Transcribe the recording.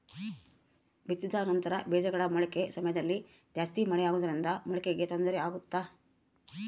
ಬಿತ್ತಿದ ನಂತರ ಬೇಜಗಳ ಮೊಳಕೆ ಸಮಯದಲ್ಲಿ ಜಾಸ್ತಿ ಮಳೆ ಆಗುವುದರಿಂದ ಮೊಳಕೆಗೆ ತೊಂದರೆ ಆಗುತ್ತಾ?